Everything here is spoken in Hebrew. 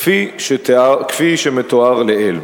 כפי שמתואר לעיל.